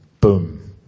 boom